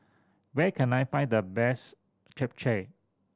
where can I find the best Japchae